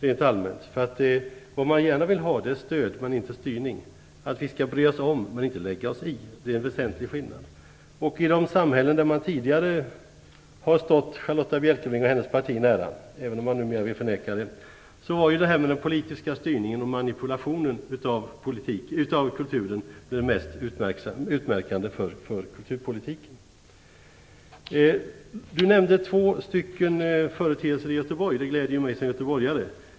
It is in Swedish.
Man vill gärna ha stöd men inte styrning. Vi skall bry oss om men inte lägga oss i. Det är en väsentlig skillnad. I de samhällen som tidigare har stått Charlotta Bjälkebring och hennes parti nära - även om man numera vill förneka det - har den politiska styrningen och manipulationen av kulturen varit mest utmärkande för kulturpolitiken. Charlotta Bjälkebring nämnde två företeelser i Göteborg. Det gläder mig som göteborgare.